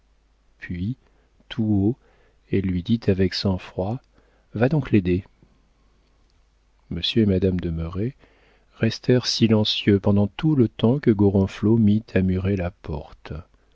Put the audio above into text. puis tout haut elle lui dit avec sang-froid va donc l'aider monsieur et madame de merret restèrent silencieux pendant tout le temps que gorenflot mit à murer la porte